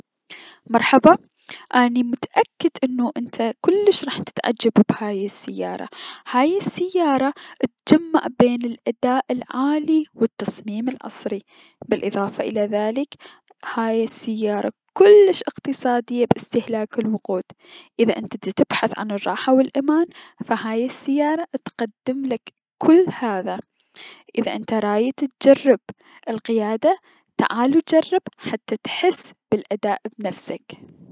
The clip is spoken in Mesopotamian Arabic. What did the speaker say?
مرحبا، اني متأكد انو انت كلش راح تتعجب بهاي السيارة، هاي السيارة تجمع بين الأداء العالي و التصميم العصري، بلأضافة الى ذلك، هايالسيارة كلش اقتصادية بأستهلاك الوقود، اذا انت تبحث عن الراحة و الأمان، فهذي السيارة تقدملك كل هذا، اذا انت رايد تجرب القيادة، تعال و جرب حتى تحس بلأداء بنفسك.